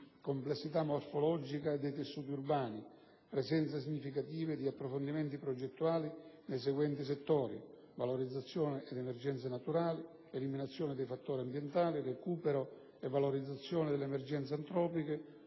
complessità morfologica e dei tessuti urbani; presenze significative di approfondimenti progettuali nei seguenti settori: valorizzazione ed emergenze naturali, eliminazione dei fattori ambientali, recupero e valorizzazione delle emergenze antropiche,